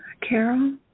Carol